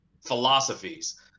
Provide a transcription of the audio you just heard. philosophies